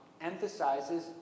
emphasizes